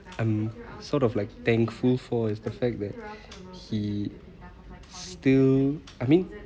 I'm sort of like thankful for is the fact that he still I mean